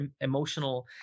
emotional